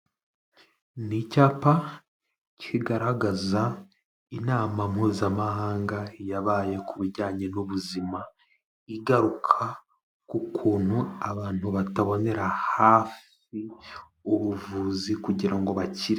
Ni icyapa kigaragaza inama Mpuzamahanga yabaye ku bijyanye n'ubuzima, igaruka ku kuntu abantu batabonera hafi ubuvuzi kugira ngo bakire.